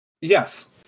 Yes